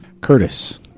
Curtis